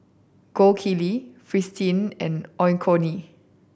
Gold Kili Fristine and Onkyo